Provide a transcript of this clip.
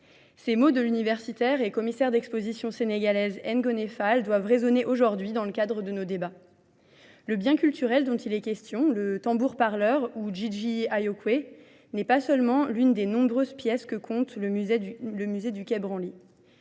Ces mots de l'universitaire et commissaire d'exposition sénégalaise Engo Neffal doivent résonner aujourd'hui dans le cadre de nos débats. Le bien culturel dont il est question, le tambour-parleur ou Jiji Ayo-kwe, n'est pas seulement l'une des nombreuses pièces que compte le musée du quai Branly.